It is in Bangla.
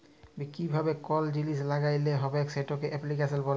কিভাবে কল জিলিস ল্যাগ্যাইতে হবেক সেটকে এপ্লিক্যাশল ব্যলে